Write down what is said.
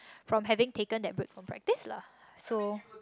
from having taken that break from practice lah so